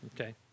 Okay